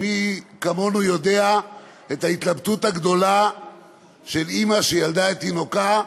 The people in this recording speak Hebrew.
ומי כמונו יודע על ההתלבטות הגדולה של אימא שילדה את תינוקה,